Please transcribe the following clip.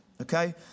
Okay